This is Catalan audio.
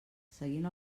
seguint